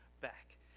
back